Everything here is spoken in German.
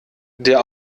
der